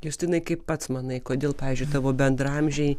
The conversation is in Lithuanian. justinai kaip pats manai kodėl pavyzdžiui tavo bendraamžiai